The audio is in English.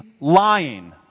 lying